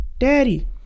Daddy